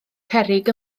cerrig